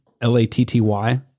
L-A-T-T-Y